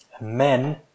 Men